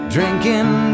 Drinking